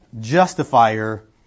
justifier